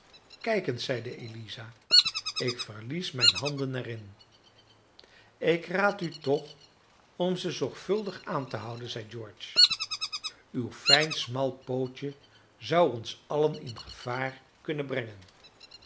kijk eens zeide eliza ik verlies mijne handen er in ik raad u toch om ze zorgvuldig aan te houden zeide george uw fijn smal pootje zou ons allen in gevaar kunnen brengen